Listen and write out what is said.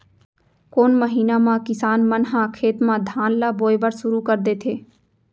कोन महीना मा किसान मन ह खेत म धान ला बोये बर शुरू कर देथे?